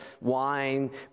wine